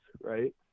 Right